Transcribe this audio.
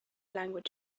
language